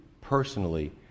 personally